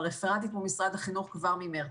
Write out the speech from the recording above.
רפרנטית מול משרד החינוך כבר מחודש מרץ.